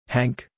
Hank